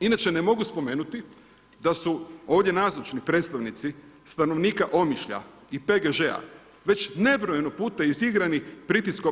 Inače ne mogu spomenuti da su ovdje nazočni predstavnici stanovnika Omišlja i PGŽ-a već nebrojeno puta izigrani